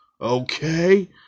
Okay